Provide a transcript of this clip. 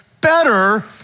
better